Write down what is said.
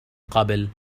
قبل